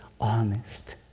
honest